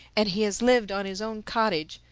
and he has lived on his own cottage,